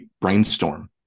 brainstorm